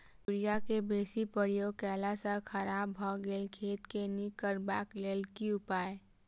Urea केँ बेसी प्रयोग केला सऽ खराब भऽ गेल खेत केँ नीक करबाक लेल की उपाय?